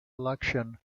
election